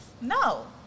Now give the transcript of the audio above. No